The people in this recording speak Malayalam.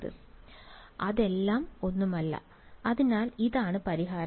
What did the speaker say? അതെ അതെല്ലാം ഒന്നുമല്ല അതിനാൽ ഇതാണ് പരിഹാരം